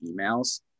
emails